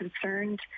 concerned